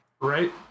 Right